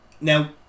Now